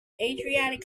adriatic